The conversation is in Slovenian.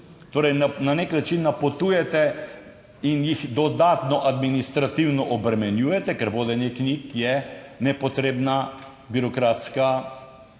torej na nek način napotujete in jih dodatno administrativno obremenjujete, ker vodenje knjig je nepotrebna birokratska